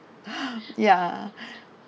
ya